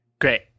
Great